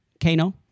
Kano